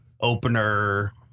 opener